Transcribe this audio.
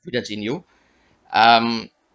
confidence in you um